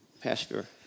Pastor